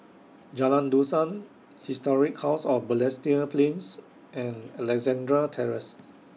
Jalan Dusan Historic House of Balestier Plains and Alexandra Terrace